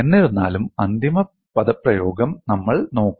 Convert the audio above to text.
എന്നിരുന്നാലും അന്തിമ പദപ്രയോഗം നമ്മൾ നോക്കും